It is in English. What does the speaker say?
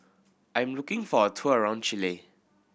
I am looking for a tour around Chile